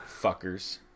Fuckers